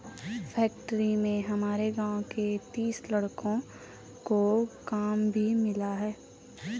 factory में हमारे गांव के तीस लड़कों को काम भी मिला है